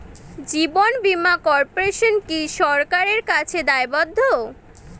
জীবন বীমা কর্পোরেশন কি সরকারের কাছে দায়বদ্ধ?